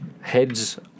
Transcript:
Heads